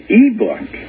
e-book